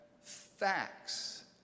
facts